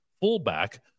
fullback